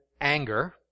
anger